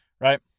right